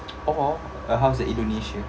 or a house in indonesia